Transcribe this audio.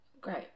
Great